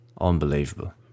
Unbelievable